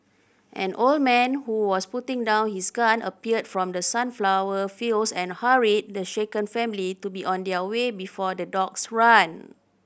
an old man who was putting down his gun appeared from the sunflower fields and hurried the shaken family to be on their way before the dogs run